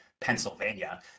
Pennsylvania